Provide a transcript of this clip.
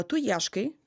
tu ieškai